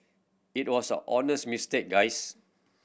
it was honest mistake guys